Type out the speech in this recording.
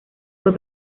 fue